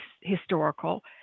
historical